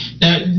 Now